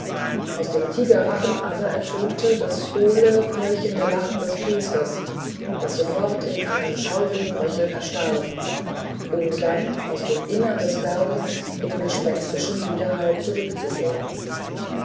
aus dem tigerrachen aber ertönte das hohle keuchende lachen des priesters das sofort in einem schaurigen röcheln hinstarb um dann aus dem inneren des berges in gespenstischem widerhall zurückzukehren